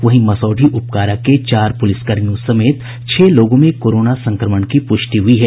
वहीं मसौढ़ी उपकारा के चार पुलिस कर्मियों समेत छह लोगों में कोरोना संक्रमण की पुष्टि हुई है